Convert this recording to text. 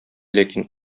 ләкин